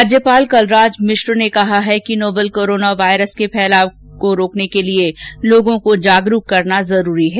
राज्यपाल कलराज मिश्र ने भी कहा है कि नोवल कोरोना वायरस को फैलाव से रोकने के लिए लोगों को जागरूक करना जरूरी है